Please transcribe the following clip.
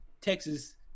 Texas